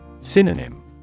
Synonym